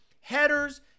headers